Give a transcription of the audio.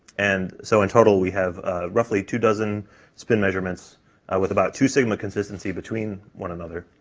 and, so in total, we have roughly two dozen spin measurements with about two sigma consistency between one another.